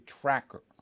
tracker